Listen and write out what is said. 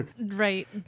Right